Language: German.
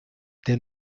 der